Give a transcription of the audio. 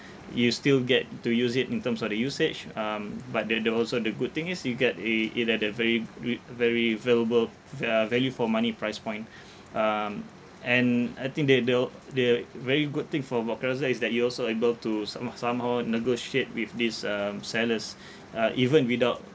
you still get to use it in terms of the usage um but there there also the good thing is you get a it at a very va~ very valuable va~ uh value for money price point um and I think they the the very good thing for about Carousell is that you also able to someh~ somehow negotiate with these um sellers uh even without